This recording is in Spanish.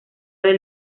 del